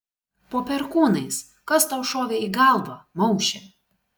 po perkūnais kas tau šovė į galvą mauše